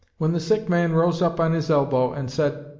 when the sick man rose up on his elbow and said,